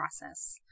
process